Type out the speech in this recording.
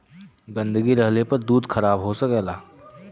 गन्दगी रहले पर दूध खराब हो सकेला